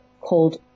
called